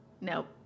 Nope